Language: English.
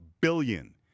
billion